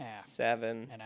seven